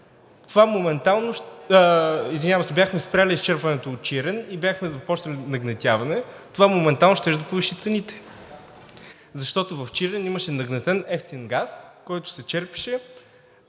това моментално, извинявам се, бяхме спрели изчерпването от Чирен и бяхме започнали да нагнетяваме, това моментално щеше да повиши цените, защото в Чирен имаше нагнетен евтин газ, който се черпеше